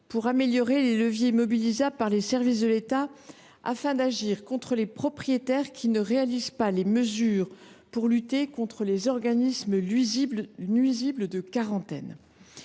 d’améliorer les leviers mobilisables par les services de l’État à l’encontre des propriétaires ne prenant pas les mesures de lutte contre les organismes nuisibles de quarantaine.